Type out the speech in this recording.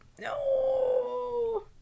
No